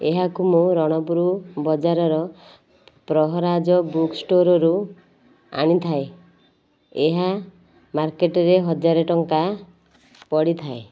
ଏହାକୁ ମୁଁ ରଣପୁର ବଜାରର ପ୍ରହରାଜ ବୁକ ଷ୍ଟୋରରୁ ଆଣିଥାଏ ଏହା ମାର୍କେଟରେ ହଜାର ଟଙ୍କା ପଡ଼ିଥାଏ